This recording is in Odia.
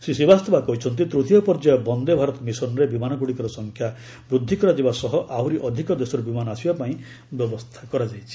ଶ୍ରୀ ଶ୍ରୀବାସ୍ତବା କହିଛନ୍ତି ତୂତୀୟ ପର୍ଯ୍ୟାୟ ବନ୍ଦେ ଭାରତ ମିଶନ୍ରେ ବିମାନଗୁଡ଼ିକର ସଂଖ୍ୟା ବୃଦ୍ଧି କରାଯିବା ସହ ଆହୁରି ଅଧିକ ଦେଶରୁ ବିମାନ ଆସିବା ପାଇଁ ବ୍ୟବସ୍ଥା କରାଯାଇଛି